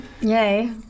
Yay